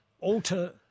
Alter